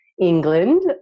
England